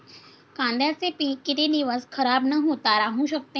कांद्याचे पीक किती दिवस खराब न होता राहू शकते?